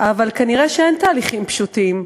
אבל נראה שאין תהליכים פשוטים,